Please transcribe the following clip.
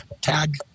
tag